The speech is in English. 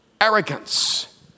arrogance